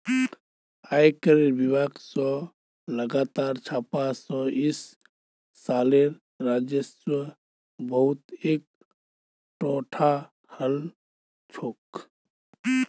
आयकरेर विभाग स लगातार छापा स इस सालेर राजस्व बहुत एकटठा हल छोक